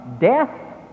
death